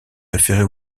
référer